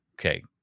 Okay